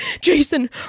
Jason